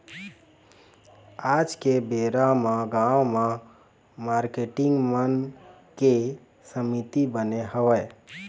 आज के बेरा म हर गाँव म मारकेटिंग मन के समिति बने हवय